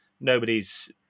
nobody's